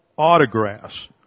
autographs